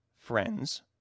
friends